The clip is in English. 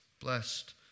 Blessed